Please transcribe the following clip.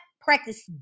practice